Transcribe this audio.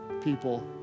people